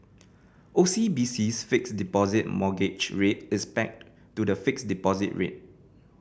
O C B C's Fixed Deposit Mortgage Rate is pegged to the fixed deposit rate